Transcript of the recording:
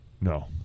No